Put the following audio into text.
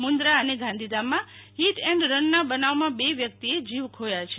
મુન્દ્રા અને ગાંધીધામમાં hit and રનના બનાવમાં બે વ્યક્તિએ જીવ ખોયા છે